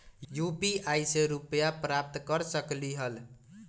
UPI से रुपए प्राप्त कर सकलीहल?